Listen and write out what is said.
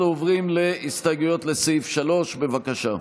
אנחנו עוברים להסתייגויות לסעיף 3, בבקשה.